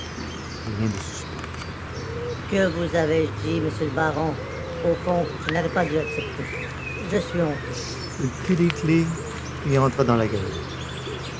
rien de suspect que vous avais-je dit monsieur le baron au fond je n'aurais pas dû accepter je suis honteux il prit les clefs et entra dans la galerie